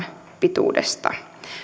pituudesta